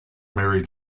mary